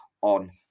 on